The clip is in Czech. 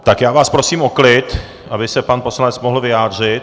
Tak já vás prosím o klid, aby se pan poslanec mohl vyjádřit.